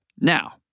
Now